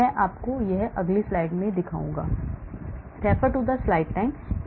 मैं आपको दिखाऊंगा कि यह अगली स्लाइड में कैसा है